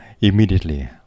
Immediately